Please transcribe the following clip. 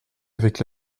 avec